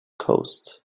coast